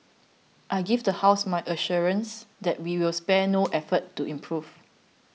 I give the house my assurance that we will spare no effort to improve